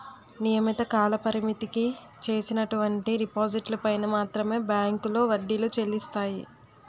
నియమిత కాలపరిమితికి చేసినటువంటి డిపాజిట్లు పైన మాత్రమే బ్యాంకులో వడ్డీలు చెల్లిస్తాయి